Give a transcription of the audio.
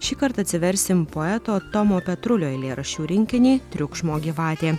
šįkart atsiversim poeto tomo petrulio eilėraščių rinkinį triukšmo gyvatė